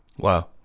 Wow